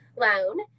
loan